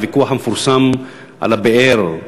הוויכוח המפורסם על הבאר,